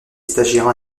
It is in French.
stagiaires